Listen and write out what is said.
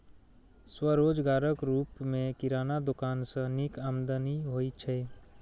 स्वरोजगारक रूप मे किराना दोकान सं नीक आमदनी होइ छै